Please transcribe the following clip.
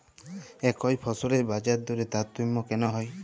একই ফসলের বাজারদরে তারতম্য কেন হয়?